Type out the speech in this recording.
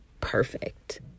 perfect